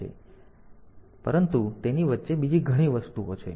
આમ તે આ રીતે જોડાયેલ હોય છે પરંતુ તેની વચ્ચે બીજી ઘણી વસ્તુઓ છે